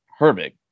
Herbig